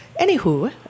anywho